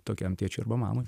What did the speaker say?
tokiam tėčiui arba mamai